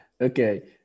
Okay